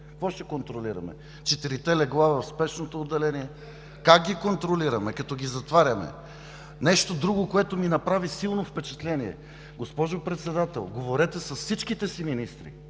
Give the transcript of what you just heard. Какво ще контролираме?! Четирите легла в спешното отделение?! Как ги контролираме? Като ги затваряме. Нещо друго, което ми направи силно впечатление. Госпожо Председател, говорете с всичките си министри